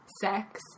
sex